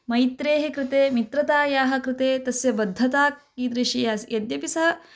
मैत्र्याः कृते मित्रतायाः कृते तस्य बद्धता कीदृशी आसीत् यद्यपि सः